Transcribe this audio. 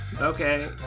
Okay